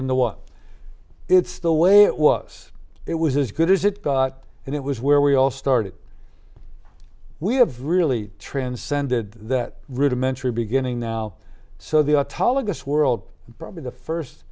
well it's the way it was it was as good as it got and it was where we all started we have really transcended that rudimentary beginning now so the autologous world probably the first